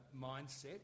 mindset